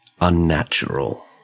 unnatural